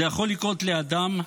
זה יכול לקרות לאדם,